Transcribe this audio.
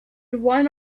one